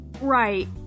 Right